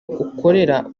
ukorera